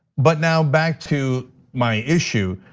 but now, back to my issue.